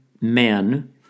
men